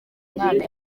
umwana